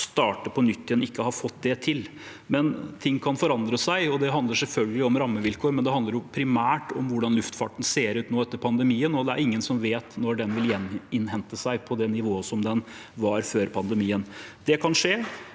å starte på nytt igjen, ikke har fått det til. Men ting kan forandre seg. Det handler selvfølgelig om rammevilkår, men det handler primært om hvordan luftfarten ser ut nå etter pandemien. Det er ingen som vet når den vil gjeninnhente seg til det nivået den var på før pandemien. Det kan skje